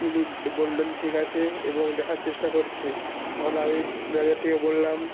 তিনি বললেন ঠিক আছে এবং দেখার চেষ্টা করছি তখন আমি ম্যানেজারটিকে বললাম